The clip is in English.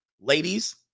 Ladies